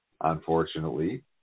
unfortunately